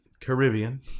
Caribbean